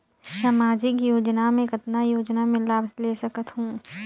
समाजिक योजना मे कतना योजना मे लाभ ले सकत हूं?